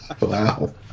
Wow